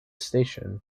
station